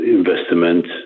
Investment